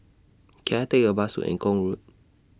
Can I Take A Bus to Eng Kong Road